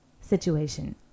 situation